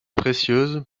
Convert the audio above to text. précieuse